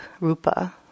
rupa